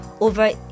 over